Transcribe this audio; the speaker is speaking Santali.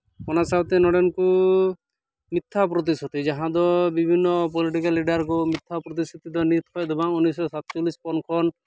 ᱚᱱᱟ ᱥᱟᱶᱛᱮ ᱱᱚᱸᱰᱮᱱ ᱠᱚ ᱢᱤᱛᱛᱷᱟ ᱯᱨᱚᱛᱤᱥᱨᱩᱛᱤ ᱡᱟᱦᱟᱸ ᱫᱚ ᱵᱤᱵᱷᱤᱱᱱᱚ ᱯᱚᱞᱤᱴᱤᱠᱮᱞ ᱞᱤᱰᱟᱨ ᱠᱚ ᱢᱤᱛᱛᱷᱟ ᱯᱨᱚᱛᱤᱥᱨᱩᱛᱤ ᱫᱚ ᱱᱤᱛ ᱠᱷᱚᱱ ᱫᱚ ᱵᱟᱝ ᱩᱱᱤᱥ ᱥᱚ ᱥᱟᱛᱪᱚᱞᱞᱤᱥ ᱯᱚᱨ ᱠᱷᱚᱱ ᱠᱚ